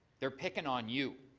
they are picking on you.